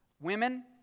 Women